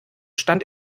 stand